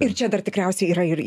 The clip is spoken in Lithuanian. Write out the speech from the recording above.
ir čia dar tikriausiai yra ir